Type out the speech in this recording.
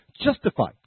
justified